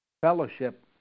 fellowship